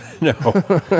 No